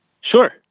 Sure